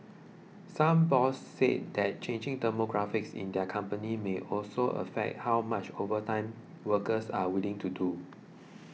some bosses said that changing demographics in their companies may also affect how much overtime workers are willing to do